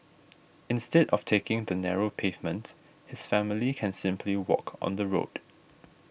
instead of taking the narrow pavement his family can simply walk on the road